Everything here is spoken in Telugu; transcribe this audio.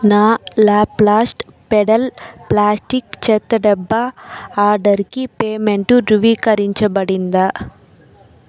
నా లాప్లాస్ట్ పెడల్ ప్లాస్టిక్ చెత్తడబ్బా ఆర్డర్కి పేమెంటు ధృవీకరించబడిందా